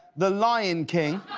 the lyin king.